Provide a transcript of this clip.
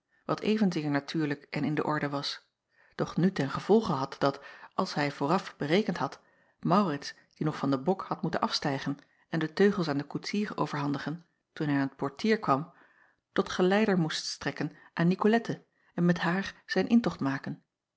wat evenzeer natuurlijk en in de orde was doch nu ten gevolge had dat als hij vooraf berekend had aurits die nog van den bok had moeten afstijgen en de teugels aan den koetsier overhandigen toen hij aan t portier kwam tot geleider moest strekken aan icolette en met haar zijn intocht maken